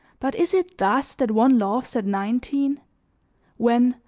but is it thus that one loves at nineteen when,